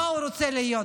מה הוא רוצה להיות,